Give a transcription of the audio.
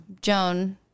Joan